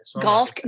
Golf